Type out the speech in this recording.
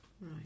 Right